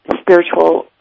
spiritual